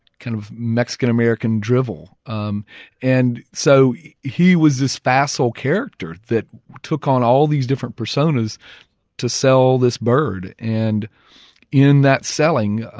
kind of mexican-american drivel. um and so he was this facile character that took on all these different personas to sell this bird. and in that selling,